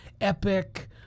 epic